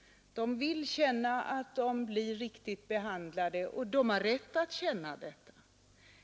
De vill känna att de blir riktigt behandlade och de har rätt att göra det.